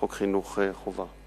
חוק חינוך חובה.